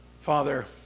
Father